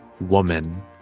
woman